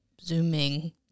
Zooming